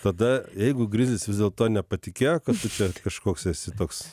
tada jeigu grizlis vis dėlto nepatikėjo kad tu čia kažkoks esi toks